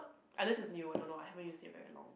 unless it is new I don't know I haven't use it very long